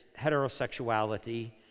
heterosexuality